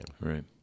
Right